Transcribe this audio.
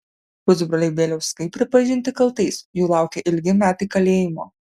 pusbroliai bieliauskai pripažinti kaltais jų laukia ilgi metai kalėjimo